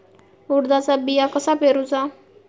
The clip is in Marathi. उडदाचा बिया कसा पेरूचा?